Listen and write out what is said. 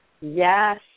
Yes